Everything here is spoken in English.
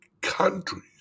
countries